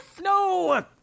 No